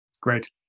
Great